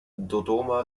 dodoma